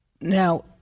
Now